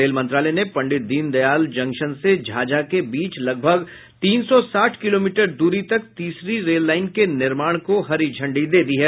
rail मंत्रालय ने Pandit Deendayal junction से झाझा के बीच लगभग तीन सौ साठ किलोमीटर द्री तक तीसरी रेल लाईन के निर्माण को हरी झंडी दे दी है